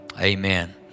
Amen